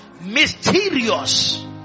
Mysterious